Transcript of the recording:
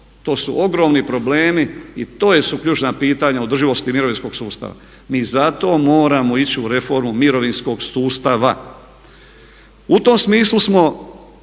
to su ogromni problemi i to su ključna pitanja održivosti mirovinskog sustava. Mi zato moramo ići u reformu mirovinskog sustava. U tom smislu kao